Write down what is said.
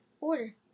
order